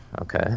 okay